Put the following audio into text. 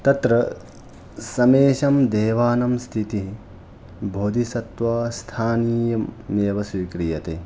तत्र समेशां देवानां स्थितिः बोधीसत्त्वस्थानीयम् एव स्वीक्रियते